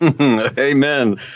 Amen